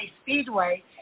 Speedway